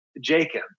Jacob